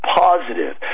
positive